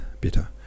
bitter